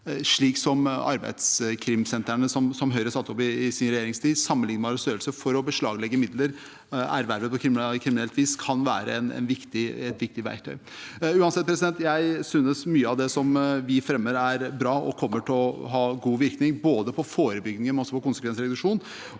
slik som arbeidskrimsentrene, som Høyre satte opp i sin regjeringstid, sammenlignbare størrelser, for å beslaglegge midler ervervet på kriminelt vis, kan være et viktig verktøy. Uansett: Jeg synes mye av det som vi fremmer, er bra og kommer til å ha god virkning både på forebygging og på konsekvensreduksjon.